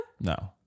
No